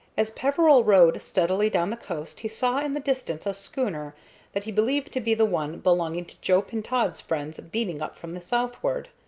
as peveril rowed steadily down the coast he saw in the distance a schooner that he believed to be the one belonging to joe pintaud's friends beating up from the southward.